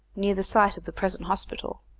near the site of the present hospital.